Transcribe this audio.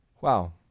Wow